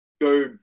go